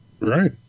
Right